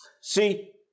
See